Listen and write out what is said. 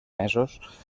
mesos